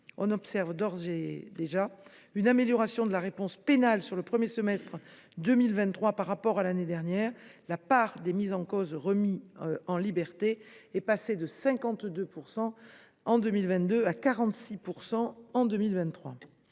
On observe déjà une amélioration de la réponse pénale au premier semestre 2023 par rapport à l’année dernière : la part des mis en cause remis en liberté est passée de 52 % en 2022 à 46 % en 2023.